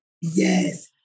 yes